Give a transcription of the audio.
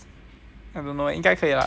I don't know 应该可以了